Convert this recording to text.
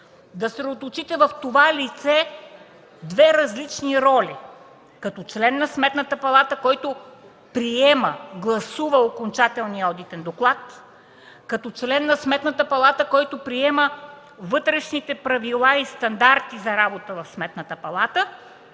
Да съсредоточите в това лице две различни роли – като член на Сметната палата, който приема и гласува окончателния одитен доклад, като член на Сметната палата, който приема вътрешните правила и стандарти за работа в Сметната палата,